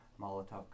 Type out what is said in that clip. Molotov